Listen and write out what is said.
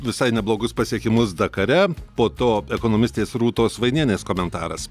visai neblogus pasiekimus dakare po to ekonomistės rūtos vainienės komentaras